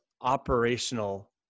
operational